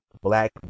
black